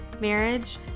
marriage